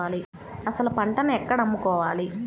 అసలు పంటను ఎక్కడ అమ్ముకోవాలి?